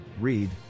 Read